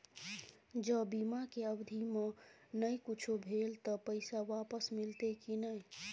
ज बीमा के अवधि म नय कुछो भेल त पैसा वापस मिलते की नय?